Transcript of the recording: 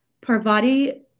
Parvati